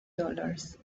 dollars